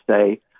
say